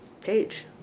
page